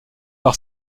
par